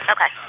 Okay